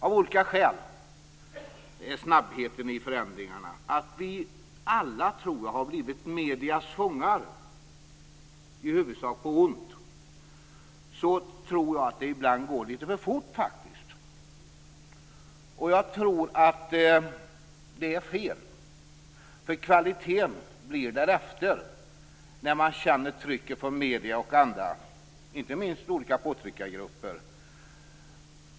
Av olika skäl - det är snabbheten i förändringarna - tror jag att vi har blivit mediernas fångar, i huvudsak på ont. Jag tror faktiskt att det ibland går lite för fort. Och jag tror att det är fel, eftersom kvaliteten blir därefter när man känner trycket från medierna och andra, inte minst olika påtryckargrupper.